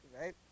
right